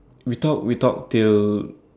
we talked we talked till